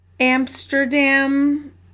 Amsterdam